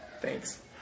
Thanks